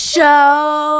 Show